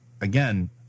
again